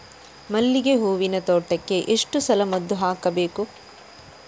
ಮಲ್ಲಿಗೆ ಹೂವಿನ ತೋಟಕ್ಕೆ ಎಷ್ಟು ಸಲ ಮದ್ದು ಹಾಕಬೇಕು?